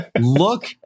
Look